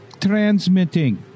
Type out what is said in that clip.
transmitting